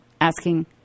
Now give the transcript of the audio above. asking